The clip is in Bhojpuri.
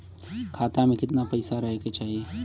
खाता में कितना पैसा रहे के चाही?